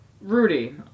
Rudy